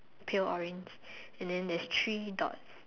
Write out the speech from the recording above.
pale orange and then there's three dots